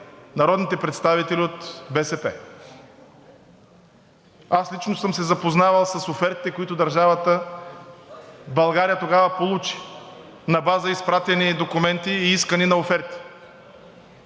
народните представители от БСП. Аз лично съм се запознавал с офертите, които държавата България тогава получи на база изпратени документи и искане на оферти.